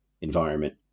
environment